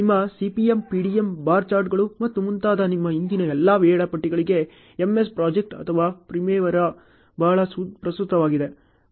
ನಿಮ್ಮ CPM PDM bar ಚಾರ್ಟ್ಗಳು ಮತ್ತು ಮುಂತಾದ ನಿಮ್ಮ ಹಿಂದಿನ ಎಲ್ಲಾ ವೇಳಾಪಟ್ಟಿಗಳಿಗೆ MS ಪ್ರಾಜೆಕ್ಟ್ ಅಥವಾ ಪ್ರಿಮಾವೆರಾ ಬಹಳ ಪ್ರಸ್ತುತವಾಗಿದೆ